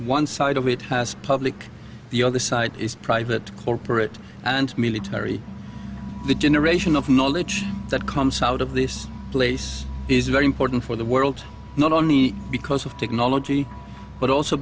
one side of it has public the other side is private corporate and military the generation of knowledge that comes out of this place is very important for the world not only because of technology but also